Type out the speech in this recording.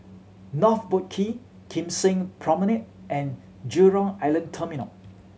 North Boat Quay Kim Seng Promenade and Jurong Island Terminal